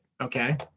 Okay